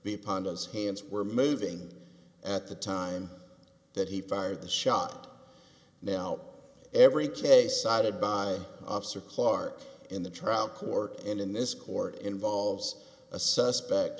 pantos hands were moving at the time that he fired the shot now every case cited by officer clark in the trial court in this court involves a suspect